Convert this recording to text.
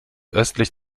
östlich